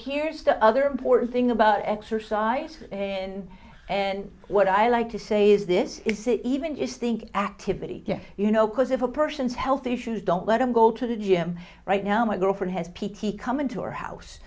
here's the other important thing about exercise in what i like to say is this is it even just think activity you know cause if a person's health issues don't let him go to the gym right now my girlfriend has p t come into our house